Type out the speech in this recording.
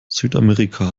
südamerika